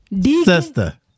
Sister